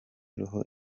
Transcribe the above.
roho